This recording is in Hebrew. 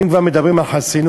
ואם כבר מדברים על חסינות,